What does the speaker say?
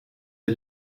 der